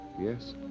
Yes